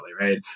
Right